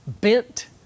bent